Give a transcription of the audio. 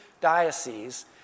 diocese